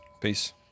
Peace